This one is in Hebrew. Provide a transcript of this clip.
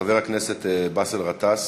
חבר הכנסת באסל גטאס